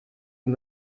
ihm